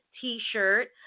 T-shirt